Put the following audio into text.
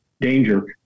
danger